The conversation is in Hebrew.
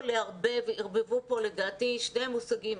ערבבו כאן לדעתי שני מושגים,